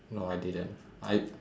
no I didn't I